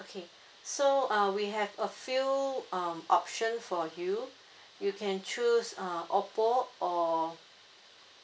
okay so uh we have a few um option for you you can choose uh Oppo or